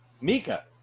Mika